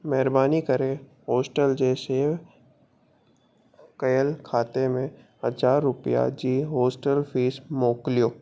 महिरबानी करे होस्टल जे सेव कयलु खाते में हज़ार रुपया जी होस्टल फीस मोकिलियो